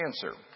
cancer